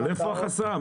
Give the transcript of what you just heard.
אבל איפה החסם?